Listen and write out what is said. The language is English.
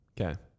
Okay